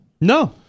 No